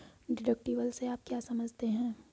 Deductible से आप क्या समझते हैं?